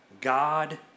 God